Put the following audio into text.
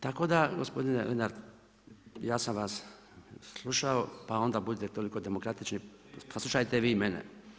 Tako da gospodine Lenart, ja sam vas slušao, pa onda budite toliko demokratični, poslušajte vi mene.